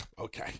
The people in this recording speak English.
okay